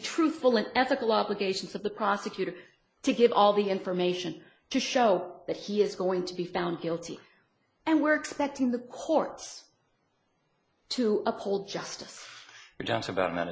truthful and ethical obligations of the prosecutor to give all the information to show that he is going to be found guilty and we're expecting the courts to uphold justice for just about